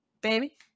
Baby